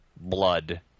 blood